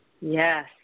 Yes